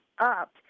up